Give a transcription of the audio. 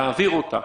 להעביר אותה